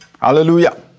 Hallelujah